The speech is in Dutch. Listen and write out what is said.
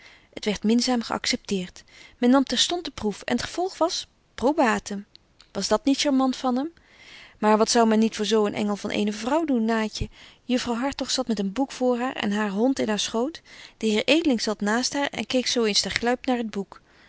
het werdt minzaam geaccepteert men nam terstond de proef en t gevolg was probatum was dat niet charmant van hem maar wat zou men niet voor zo een engel van eene vrouw doen naatje juffrouw hartog zat met een boek voor haar en haar hond in haar schoot de heer edeling zat naast betje wolff en aagje deken historie van mejuffrouw sara burgerhart haar en keek zo eens ter